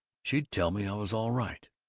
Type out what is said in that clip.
she'd tell me i was all right.